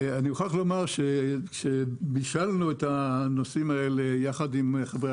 אני מוכרח לומר שכאשר "בישלנו" את הנושאים האלה ביחד עם חברי